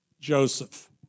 Joseph